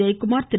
Jayakumar Thiru